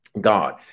God